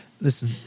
Listen